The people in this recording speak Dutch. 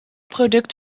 product